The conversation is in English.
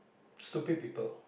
stupid people